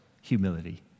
Humility